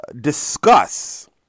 discuss